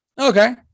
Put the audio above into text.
okay